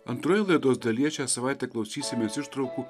antroje laidos dalyje šią savaitę klausysimės ištraukų